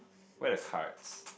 where the cards